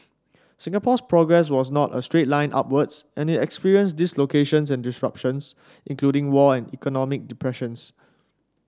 Singapore's progress was not a straight line upwards and it experienced dislocations and disruptions including war and economic depressions